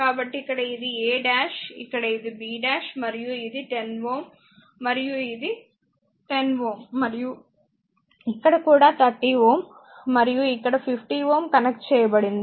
కాబట్టి ఇక్కడ ఇది a డాష్ ఇక్కడ ఇది b డాష్ మరియు ఇది 10 Ω మరియు ఇది 10 Ω మరియు ఇక్కడ కూడా 30Ω మరియు ఇక్కడ 50 Ω కనెక్ట్ చేయబడింది